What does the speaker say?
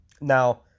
Now